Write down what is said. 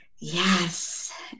Yes